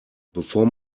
bevor